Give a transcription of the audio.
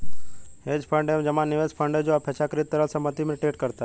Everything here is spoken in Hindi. हेज फंड एक जमा निवेश फंड है जो अपेक्षाकृत तरल संपत्ति में ट्रेड करता है